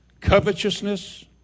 covetousness